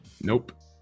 Nope